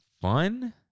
fun